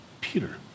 Peter